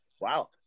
wow